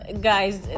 guys